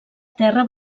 terra